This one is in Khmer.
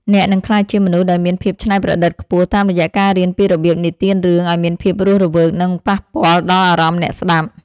អ្នកនឹងក្លាយជាមនុស្សដែលមានភាពច្នៃប្រឌិតខ្ពស់ តាមរយៈការរៀនពីរបៀបនិទានរឿងឱ្យមានភាពរស់រវើក និងប៉ះពាល់ដល់អារម្មណ៍អ្នកស្ដាប់។